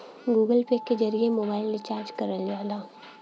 Google Pay के जरिए mobile recharge करल जाला